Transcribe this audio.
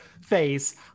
face